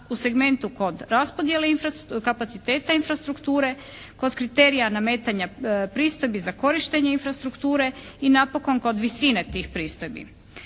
u segmentu kod raspodjele kapaciteta infrastrukture, kod kriterija nametanja pristojbi za korištenje infrastrukture, i napokon kod visine tih pristojbi.